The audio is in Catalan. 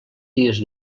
dies